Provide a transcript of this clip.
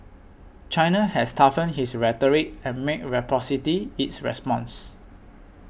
China has toughened his rhetoric and made reciprocity its response